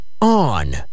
on